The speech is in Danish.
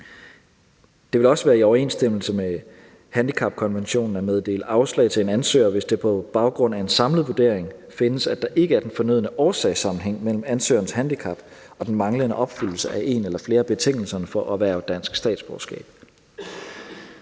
Det vil også være i overensstemmelse med handicapkonventionen at meddele afslag til en ansøger, hvis det på baggrund af en samlet vurdering findes, at der ikke er den fornødne årsagssammenhæng mellem ansøgerens handicap og den manglende opfyldelse af en eller flere af betingelserne for at erhverve dansk statsborgerskab.